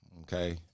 okay